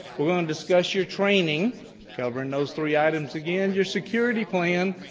we're going to discuss your training covering those three items, again, your security plan.